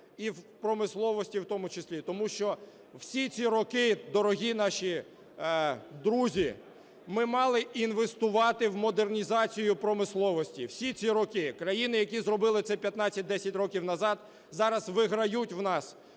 і в промисловості в тому числі. Тому що всі ці роки, дорогі наші друзі, ми мали інвестувати в модернізацію промисловості, всі ці роки. Країни, які зробили це 15-10 років назад, зараз виграють у нас